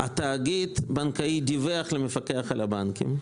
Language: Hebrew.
אז דיווחו למפקח על הבנקים.